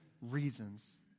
reasons